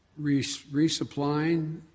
resupplying